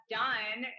done